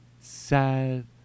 sad